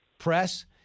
press